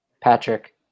Patrick